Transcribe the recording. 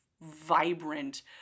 vibrant